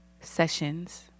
sessions